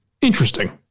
interesting